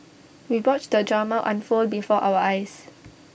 we watched the drama unfold before our eyes